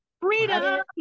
Freedom